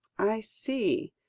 i see,